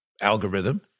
algorithm